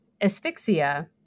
asphyxia